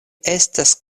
estas